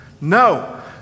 No